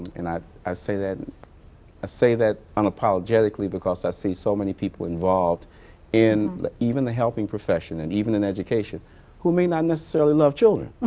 and i i say that ah say that unapologetically, because i see so many people involved in, even the helping profession, and even in education who may not necessarily love children.